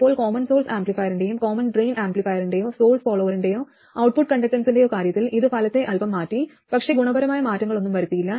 ഇപ്പോൾ common source ആംപ്ലിഫയറിന്റെയും common drain ആംപ്ലിഫയറിന്റെയോ സോഴ്സ് ഫോളോവറിന്റെയോ ഔട്ട്പുട്ട് കണ്ടക്റ്റൻസിന്റെയോ കാര്യത്തിൽ ഇത് ഫലത്തെ അൽപ്പം മാറ്റി പക്ഷേ ഗുണപരമായ മാറ്റങ്ങളൊന്നും വരുത്തിയില്ല